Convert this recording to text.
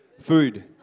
food